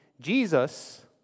Jesus